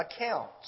accounts